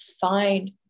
find